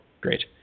Great